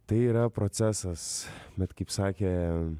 tai yra procesas bet kaip sakė